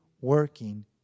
working